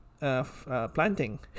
Planting